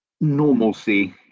normalcy